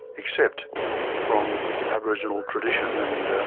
except from aboriginal tradition and